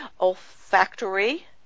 olfactory